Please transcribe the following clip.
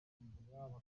bakanga